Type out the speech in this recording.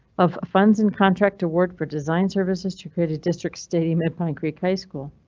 of funds in contract award for design services to create a district stadium at pine creek high school.